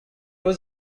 was